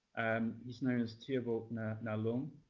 he's known as tibbot na na long.